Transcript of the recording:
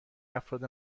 افراد